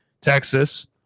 Texas